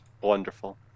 Wonderful